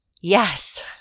Yes